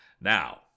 now